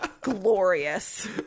glorious